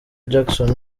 jackson